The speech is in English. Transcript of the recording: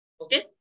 Okay